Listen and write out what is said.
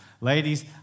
ladies